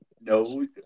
No